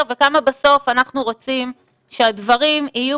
וכמה בסוף אנחנו רוצים שהדברים יהיו